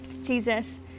Jesus